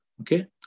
Okay